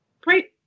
Great